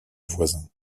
voisin